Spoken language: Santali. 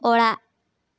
ᱚᱲᱟᱜ